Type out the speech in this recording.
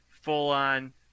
full-on